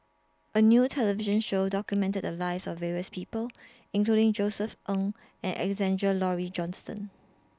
A New television Show documented The Lives of various People including Josef Ng and Alexander Laurie Johnston